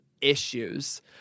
issues